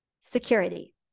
security